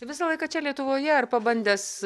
visą laiką čia lietuvoje ar pabandęs